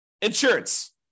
insurance